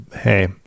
hey